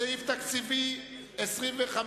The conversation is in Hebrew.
סעיף תקציבי 25